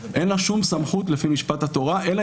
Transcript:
אין לה שום סמכות לפי משפט התורה אלא